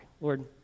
Lord